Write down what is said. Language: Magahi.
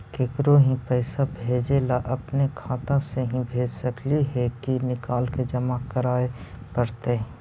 केकरो ही पैसा भेजे ल अपने खाता से ही भेज सकली हे की निकाल के जमा कराए पड़तइ?